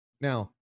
Now